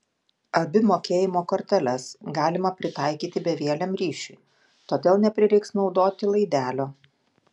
abi mokėjimo korteles galima pritaikyti bevieliam ryšiui todėl neprireiks naudoti laidelio